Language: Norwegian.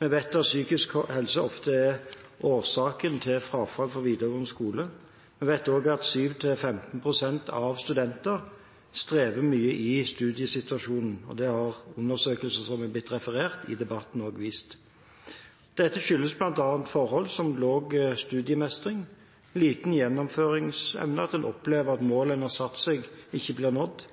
Vi vet at psykisk helse ofte er årsaken til frafall fra videregående skole. Vi vet også at 7–15 pst. av studentene strever mye i studiesituasjonen, og det har undersøkelser som er blitt referert til i debatten, også vist. Dette skyldes bl.a. forhold som lav studiemestring, liten gjennomføringsevne – at en opplever at mål en har satt seg, ikke blir nådd